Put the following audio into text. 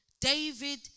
David